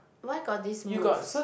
why got this moves